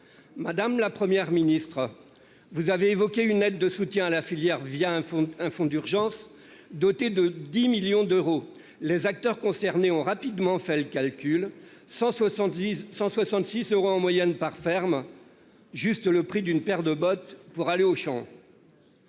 Madame, la Première ministre. Vous avez évoqué une aide de soutien à la filière via un fonds, un fonds d'urgence doté de 10 millions d'euros. Les acteurs concernés ont rapidement fait le calcul, 166 166 euros en moyenne par ferme juste le prix d'une paire de bottes pour aller Auchan.